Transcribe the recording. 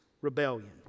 rebellion